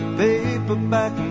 paperback